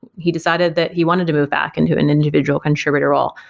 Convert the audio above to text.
he decided that he wanted to move back into an individual contributor role.